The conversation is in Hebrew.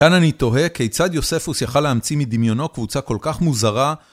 כאן אני תוהה כיצד יוספוס יכל להמציא מדמיונו קבוצה כל כך מוזרה